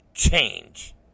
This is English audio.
Change